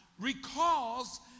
recalls